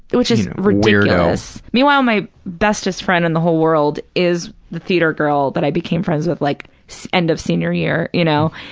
which is ridiculous. meanwhile, my bestest friend in the whole world is the theater girl that i became friends with like so end of senior year, you know.